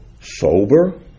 sober